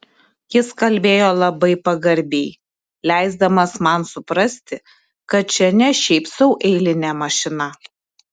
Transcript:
jis kalbėjo labai pagarbiai leisdamas man suprasti kad čia ne šiaip sau eilinė mašina